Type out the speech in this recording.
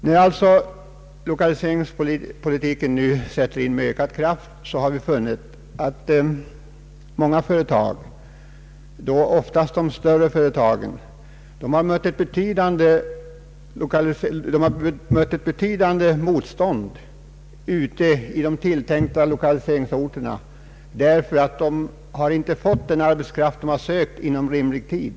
När lokaliseringspolitiken nu sätter in med ökad kraft har vi kunnat konstatera att många företag, ofta större företag, har mött betydande svårigheter på de tilltänkta lokaliseringsorterna därför att man där inte har kunnat få arbetskraft tillräckligt för att börja sin produktion inom rimlig tid.